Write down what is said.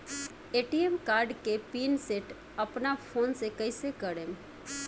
ATM card के pin set अपना phone से कइसे करेम?